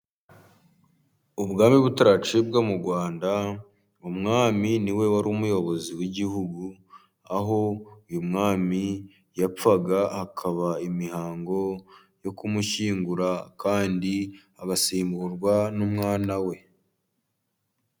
Ubwami butaracibwa mu Rwanda umwami ni we wari umuyobozi w'igihugu, aho uyu mwami yapfaga hakaba imihango yo kumushyingura, kandi agasimburwa n'umwana we.